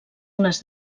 unes